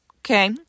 Okay